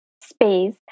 space